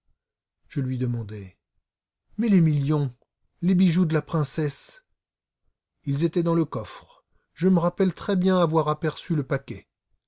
je lui demandai mais les millions les bijoux de la princesse ils étaient dans le coffre je me rappelle très bien avoir aperçu le paquet